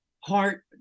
heart